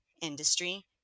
industry